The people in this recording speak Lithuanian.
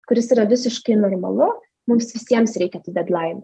kuris yra visiškai normalu mums visiems reikia tų dedlainų